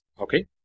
Okay